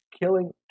killing